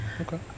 Okay